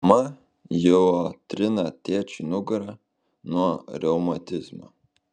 mama juo trina tėčiui nugarą nuo reumatizmo